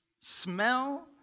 smell